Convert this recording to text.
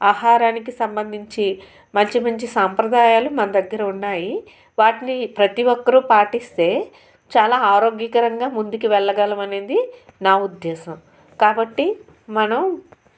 ఆహారానికి సంబంధించి మంచి మంచి సాంప్రదాయాలు మన దగ్గర ఉన్నాయి వాటిని ప్రతి ఒక్కరూ పాటిస్తే చాలా ఆరోగ్యకరంగా ముందుకు వెళ్ళగలమనేది నా ఉద్దేశం కాబట్టి మనం